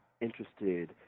interested